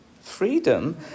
freedom